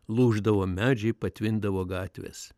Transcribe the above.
lūždavo medžiai patvindavo gatvės